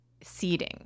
seeding